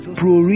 pro